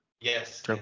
yes